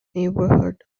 neighborhood